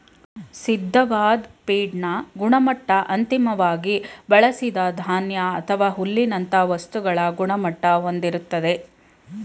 ಸಿದ್ಧವಾದ್ ಫೀಡ್ನ ಗುಣಮಟ್ಟ ಅಂತಿಮ್ವಾಗಿ ಬಳ್ಸಿದ ಧಾನ್ಯ ಅಥವಾ ಹುಲ್ಲಿನಂತ ವಸ್ತುಗಳ ಗುಣಮಟ್ಟ ಹೊಂದಿರ್ತದೆ